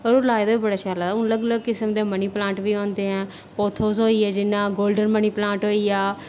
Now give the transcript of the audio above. होर लाए दा बी बड़ा शैल लगदा हून अलग अलग किस्म दे मनी प्लांट बी होंदे ऐं ओथ्स होई गेआ जियां गोल्डन मनी प्लांट होई गेआ